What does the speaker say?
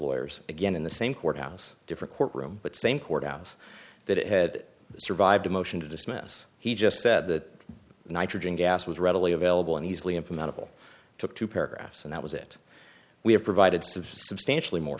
lawyers again in the same courthouse different courtroom but same courthouse that had survived a motion to dismiss he just said that nitrogen gas was readily available and easily implementable took two paragraphs and that was it we have provided substantially more